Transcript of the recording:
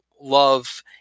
love